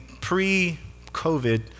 pre-COVID